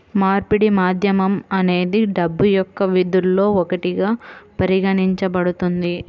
మార్పిడి మాధ్యమం అనేది డబ్బు యొక్క విధుల్లో ఒకటిగా పరిగణించబడుతుంది